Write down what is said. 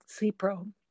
CPRO